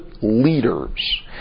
leaders